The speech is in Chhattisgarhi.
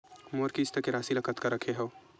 मोर किस्त के राशि ल कतका रखे हाव?